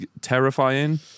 terrifying